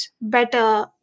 better